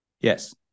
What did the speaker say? Yes